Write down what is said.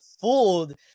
fooled